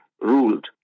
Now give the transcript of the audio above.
ruled